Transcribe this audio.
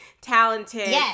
talented